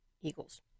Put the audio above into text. Eagles